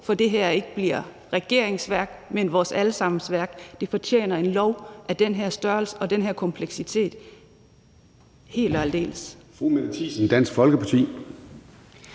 at det her ikke bliver regeringens værk, men vores alle sammens værk. Det fortjener en lov af den her størrelse og den her kompleksitet helt og aldeles.